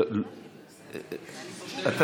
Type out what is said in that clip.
אני יכול לענות לו?